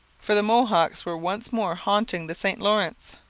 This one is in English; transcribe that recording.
for the mohawks were once more haunting the st lawrence.